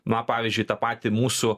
na pavyzdžiui tą patį mūsų